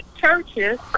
churches